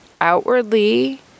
outwardly